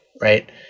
right